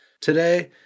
today